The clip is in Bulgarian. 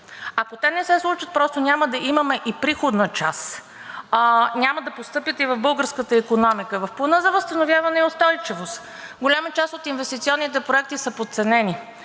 Ако те не се случат, просто няма да имаме и приходна част, няма да постъпят и в българската икономика. В Плана за възстановяване и устойчивост голяма част от инвестиционните проекти са подценени